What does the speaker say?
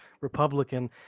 Republican